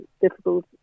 difficult